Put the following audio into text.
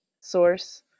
source